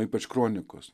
ypač kronikos